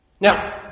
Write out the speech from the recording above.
Now